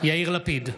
יאיר לפיד,